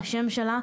לשם שלו,